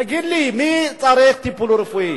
תגיד לי, מי צריך טיפול רפואי?